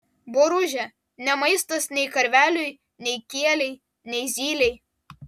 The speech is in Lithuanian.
boružė ne maistas nei karveliui nei kielei nei zylei